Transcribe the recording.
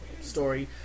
story